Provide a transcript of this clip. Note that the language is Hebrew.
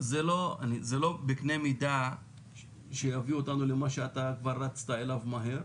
זה לא בקנה מידה שיביא אותנו למה שאתה כבר רצת אליו מהר,